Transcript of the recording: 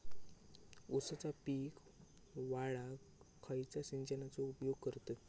ऊसाचा पीक वाढाक खयच्या सिंचनाचो उपयोग करतत?